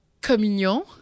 Communion